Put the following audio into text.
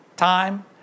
Time